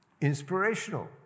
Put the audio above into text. Inspirational